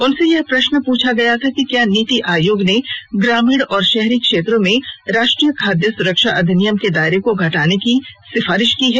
उनसे यह प्रश्न पूछा गया था कि क्या नीति आयोग ने ग्रामीण और शहरी क्षेत्रों में राष्ट्रीय खाद्य सुरक्षा अधिनियम के दायरे को घटाने की सिफारिश की है